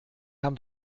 haben